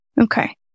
Okay